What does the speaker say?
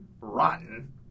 rotten